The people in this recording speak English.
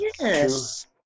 Yes